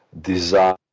desire